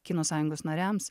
kino sąjungos nariams